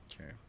Okay